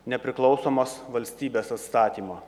nepriklausomos valstybės atstatymo